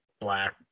black